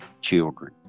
children